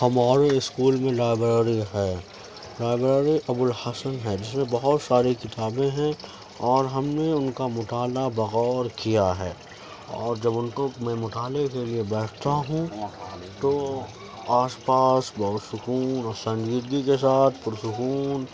ہمارے اسکول میں لائبریری ہے لائبریری ابوالحسن ہے جس میں بہت ساری کتابیں ہیں اور ہم نے ان کا مطالعہ بغور کیا ہے اور جب ان کو میں مطالعہ کے لیے بیٹھتا ہوں تو آس پاس بہت سکون اور سنجیدگی کے ساتھ پر سکون